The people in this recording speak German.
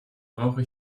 brauche